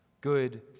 good